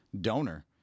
donor